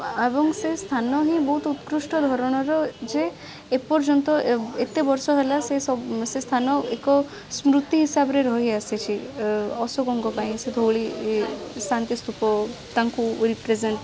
ଏବଂ ସେ ସ୍ଥାନ ହିଁ ବହୁତ ଉତ୍କୃଷ୍ଟ ଧରଣର ଯେ ଏପର୍ଯ୍ୟନ୍ତ ଏତେ ବର୍ଷ ହେଲା ସେ ସବୁ ସେ ସ୍ଥାନ ଏକ ସ୍ମୃତି ହିସାବରେ ରହିଆସିଛି ଅ ଅଶୋକଙ୍କ ପାଇଁ ସେ ଧଉଳି ଶାନ୍ତିସ୍ତୁପ ତାଙ୍କୁ ରିପ୍ରେଜେଣ୍ଟ